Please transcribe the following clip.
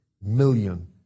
million